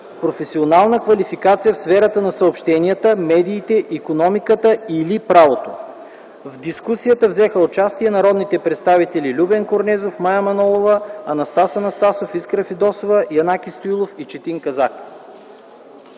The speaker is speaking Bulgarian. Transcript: професионална квалификация в сферата на съобщенията, медиите, икономиката или правото. В дискусията взеха участие народните представители Любен Корнезов, Мая Манолова, Анастас Анастасов, Искра Фидосова, Янаки Стоилов и Четин Казак.